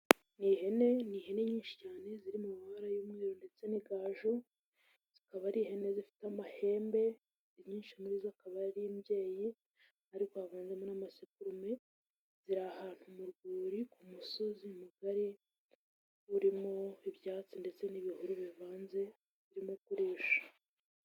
Ni ihene nyinshi cyane ziri mu mabara y'umweru ndetse n'igaju, zikaba ari ihene zifite amahembe, inyinshi muri zo akaba ari imbyeyi ariko havanzemo n'amasekurume, ziri ahantu mu rwuri ku musozi mugari urimo ibyatsi ndetse n'ibihuru bivanze zirimo kurisha.